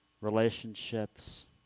Relationships